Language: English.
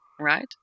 Right